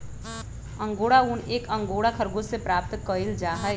angora ऊन एक Angora खरगोश से प्राप्त कइल जाहई